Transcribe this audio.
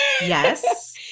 Yes